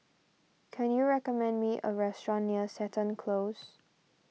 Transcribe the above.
can you recommend me a restaurant near Seton Close